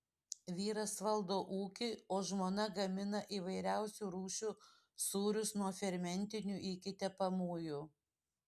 vyras valdo ūkį o žmona gamina įvairiausių rūšių sūrius nuo fermentinių iki tepamųjų